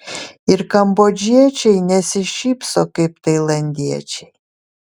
ir kambodžiečiai nesišypso kaip tailandiečiai